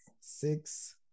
Six